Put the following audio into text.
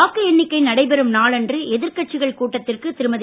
வாக்கு எண்ணிக்கை நடைபெறும் நாளன்று எதிர்க்கட்சிகள் கூட்டத்திற்கு திருமதி